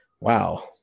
wow